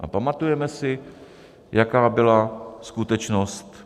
A pamatujeme si, jaká byla skutečnost?